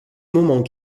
moment